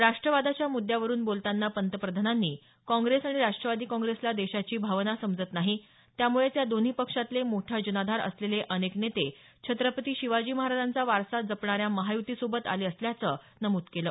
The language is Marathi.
राष्ट्रवादाच्या म्द्यावरून बोलताना पंतप्रधानांनी काँग्रेस आणि राष्ट्रवादी काँग्रेसला देशाची भावना समजत नाही त्यामुळेच या दोन्ही पक्षातले मोठा जनाधार असलेले अनेक नेते छत्रपती शिवाजी महाराजांचा वारसा जपणाऱ्या महायुतीसोबत आले असल्याचं नमूद केलं